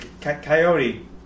Coyote